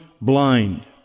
blind